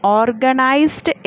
organized